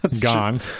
Gone